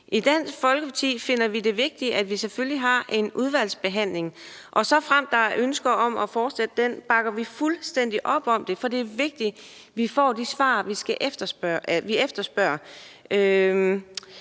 I Dansk Folkeparti finder vi det vigtigt, at vi selvfølgelig har en udvalgsbehandling, og såfremt der er ønsker om at fortsætte den, bakker vi fuldstændig op om det, for det er vigtigt, at vi får de svar, vi efterspørger.